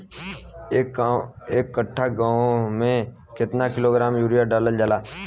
एक कट्टा गोहूँ में केतना किलोग्राम यूरिया डालल जाला?